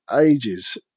ages